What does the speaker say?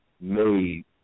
made